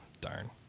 Darn